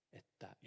että